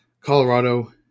Colorado